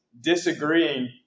disagreeing